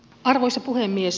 arvoisa puhemies